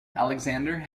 alexander